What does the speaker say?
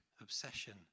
obsession